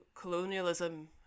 colonialism